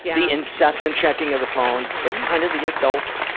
the incessant checking of the phone? it's kind of the adult,